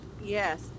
yes